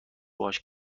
باهاش